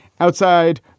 outside